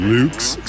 Luke's